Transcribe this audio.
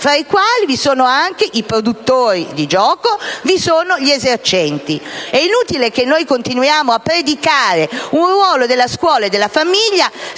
tra i quali vi sono anche i produttori di giochi e gli esercenti. È inutile che continuiamo a predicare un ruolo della scuola e della famiglia